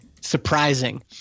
surprising